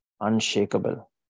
unshakable